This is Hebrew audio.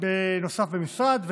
נוסף במשרד,